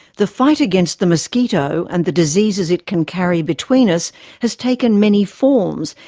the fight against the mosquito and the diseases it can carry between us has taken many forms,